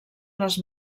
les